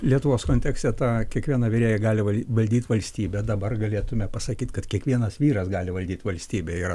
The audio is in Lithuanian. lietuvos kontekste tą kiekviena virėja gali valyt valdyt valstybę dabar galėtume pasakyt kad kiekvienas vyras gali valdyt valstybę ir